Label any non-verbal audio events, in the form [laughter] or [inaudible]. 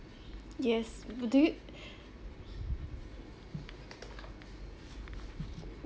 yes but do you [breath]